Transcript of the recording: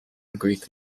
greek